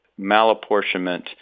malapportionment